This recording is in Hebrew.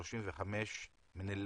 בן 35 מלוד,